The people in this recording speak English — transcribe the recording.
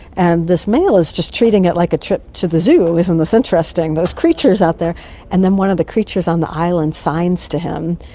and this male is just treating it like a trip to the zoo isn't this interesting, those creatures out there and then one of the creatures on the island signs to him.